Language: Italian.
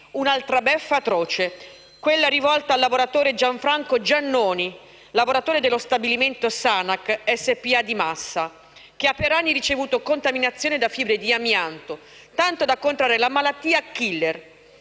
un'altra beffa atroce, quella rivolta al lavoratore Gianfranco Giannoni, lavoratore dello stabilimento Sanac SpA di Massa, che ha per anni ricevuto contaminazioni da fibre di amianto, tanto da contrarre la malattia *killer*.